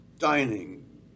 Dining